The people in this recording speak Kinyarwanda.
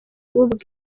ubwe